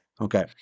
Okay